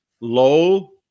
low